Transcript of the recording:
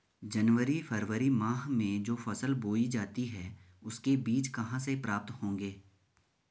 जनवरी फरवरी माह में जो फसल बोई जाती है उसके बीज कहाँ से प्राप्त होंगे?